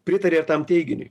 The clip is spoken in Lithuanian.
pritarė ir tam teiginiui